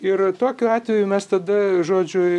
ir tokiu atveju mes tada žodžiu